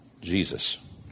Jesus